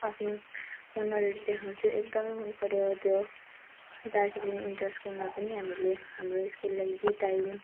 आफ्नो हुनर देखाउँछु एकदमै मनपऱ्यो त्यो दार्जिलिङ इन्टर स्कुलमा पनि हामीले हाम्रो स्कुललाई जितायौँ